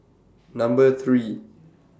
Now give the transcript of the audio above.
Number three